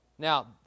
Now